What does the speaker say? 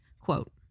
quote